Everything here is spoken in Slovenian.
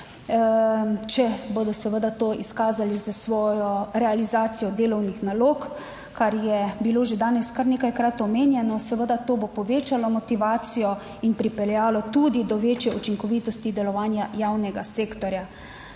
če bodo seveda to izkazali s svojo realizacijo delovnih nalog, kar je bilo že danes kar nekajkrat omenjeno. Seveda, to bo povečalo motivacijo in pripeljalo tudi do večje učinkovitosti delovanja javnega sektorja.